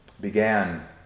began